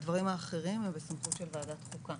הדברים האחרים הם בסמכות של ועדת החוקה.